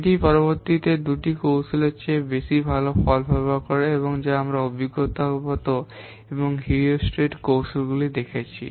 এটি পূর্ববর্তী দুটি কৌশলগুলির চেয়ে ভাল ফলাফল করে যা আমরা অভিজ্ঞতাগত এবং হিউরিস্টিক কৌশলগুলি দেখেছি